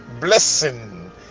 blessing